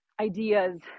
ideas